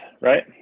right